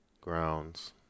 grounds